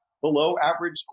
below-average